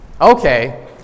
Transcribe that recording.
Okay